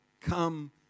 come